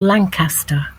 lancaster